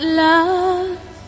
love